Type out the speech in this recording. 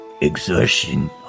exertion